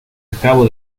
acabo